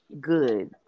good